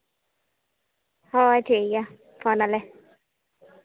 ᱦᱳᱭ ᱴᱷᱤᱠ ᱜᱮᱭᱟ ᱯᱷᱳᱱ ᱟᱞᱮ